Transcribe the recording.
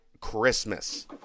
Christmas